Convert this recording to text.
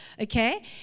okay